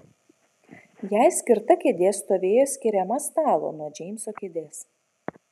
jai skirta kėdė stovėjo skiriama stalo nuo džeimso kėdės